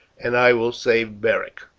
and i will save beric.